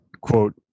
quote